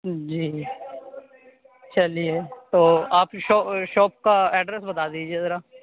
جی چلیے تو آپ کی شاپ کا ایڈریس بتا دیجیے ذرا